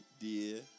dear